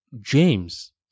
James